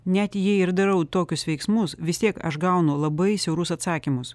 net jei ir darau tokius veiksmus vis tiek aš gaunu labai siaurus atsakymus